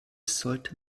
sollte